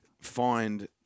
find